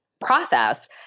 process